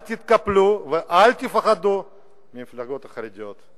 אל תתקפלו ואל תפחדו מהמפלגות החרדיות.